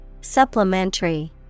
Supplementary